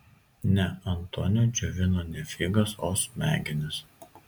ne antonio džiovino ne figas o smegenis